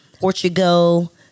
Portugal